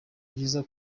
byiza